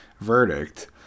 verdict